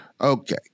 Okay